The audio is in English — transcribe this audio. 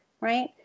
right